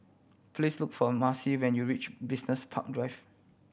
please look for Maci when you reach Business Park Drive